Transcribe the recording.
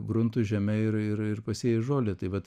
gruntu žeme ir ir ir pasėji žolę tai vat